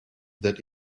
that